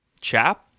Chap